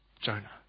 Jonah